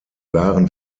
waren